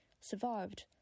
survived